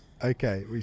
Okay